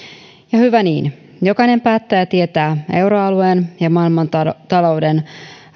ja hyvä niin jokainen päättäjä tietää euroalueen ja maailmantalouden